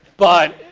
but